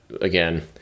again